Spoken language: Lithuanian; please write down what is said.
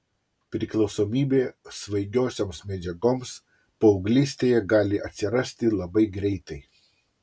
priklausomybė svaigiosioms medžiagoms paauglystėje gali atsirasti labai greitai